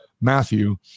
Matthew